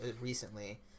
recently